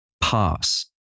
pass